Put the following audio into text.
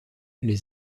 les